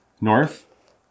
North